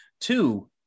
two